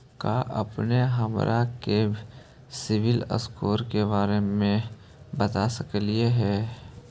का अपने हमरा के सिबिल स्कोर के बारे मे बता सकली हे?